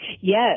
Yes